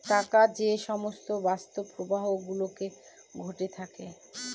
টাকার যে সমস্ত বাস্তব প্রবাহ গুলো ঘটে থাকে